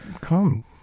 come